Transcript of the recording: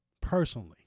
Personally